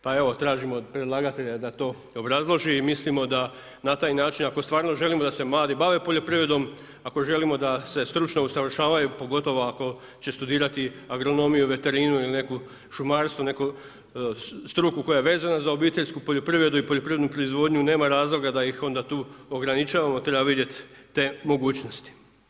Pa evo tražimo od predlagatelja da to obrazloži i mislimo da na taj način ako stvarno želimo da se mladi bave poljoprivredom, ako želimo da se stručno usavršavaju pogotovo ako će studirati agronomiju, veterinu, šumarstvo, neku struku koja je vezana za obiteljsku poljoprivredu i poljoprivrednu proizvodnju, nema razloga da ih onda tu ograničavamo, treba vidjeti te mogućnosti.